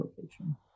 location